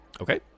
Okay